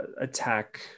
attack